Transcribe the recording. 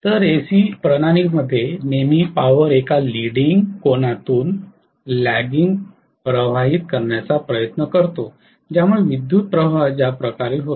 तर एसी प्रणालीमध्ये नेहमी पॉवर एका लिडिंग कोनातून लग्गिंग प्रवाहित करण्याचा प्रयत्न करते ज्यामुळे विद्युत प्रवाह ज्या प्रकारे होतो